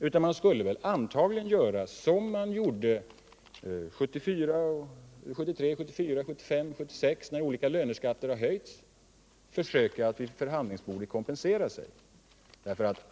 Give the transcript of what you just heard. Antagligen skulle man i stället göra som man gjorde åren 1973, 1974, 1975 och 1976 när olika löneskatter höjdes, nämligen vid förhandlingsbordet försöka att kompensera sig.